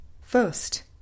first